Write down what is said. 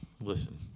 Listen